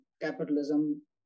Capitalism